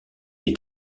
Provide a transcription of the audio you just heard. est